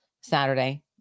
Saturday